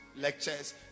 lectures